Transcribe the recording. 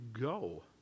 go